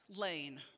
lane